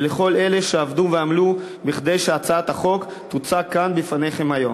ולכל אלה שעבדו ועמלו כדי שהצעת החוק תוצג כאן בפניכם היום.